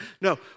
No